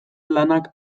lanak